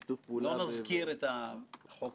בידי האופוזיציה היא הייתה ועדה עניינית,